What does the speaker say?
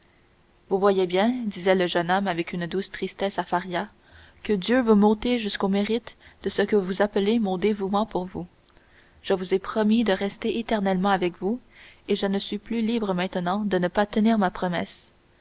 vous voyez bien disait le jeune homme avec une douce tristesse à faria que dieu veut m'ôter jusqu'au mérite de ce que vous appelez mon dévouement pour vous je vous ai promis de rester éternellement avec vous et je ne suis plus libre maintenant de ne pas tenir ma promesse